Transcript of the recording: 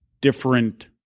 different